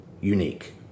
unique